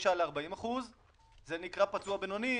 25% ל-40% - הם נקראים פצוע בינוני,